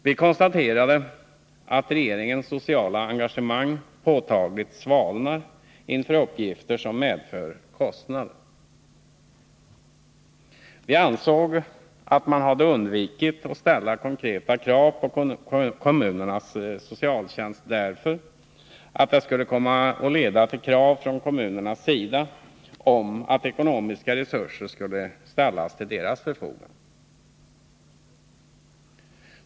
Vi konstaterade att regeringens sociala engagemang påtagligt svalnar inför uppgifter som kan medföra kostnader. Vi ansåg att man hade undvikit att ställa konkreta krav på kommunernas socialtjänst därför att det skulle komma att leda till krav från kommunernas sida på att ekonomiska resurser skulle ställas till deras förfogande.